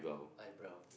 eyebrow